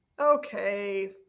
okay